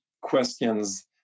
questions